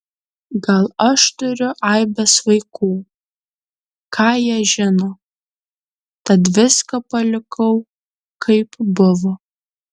gal aš turiu aibes vaikų ką jie žino tad viską palikau kaip buvo